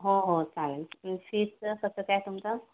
हो हो चालेल आणि फीज कसं काय तुमचं